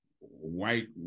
white